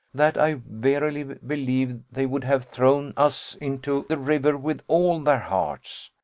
that i verily believe they would have thrown us into the river with all their hearts.